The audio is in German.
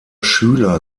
schüler